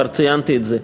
כבר ציינתי את זה.